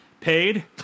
Paid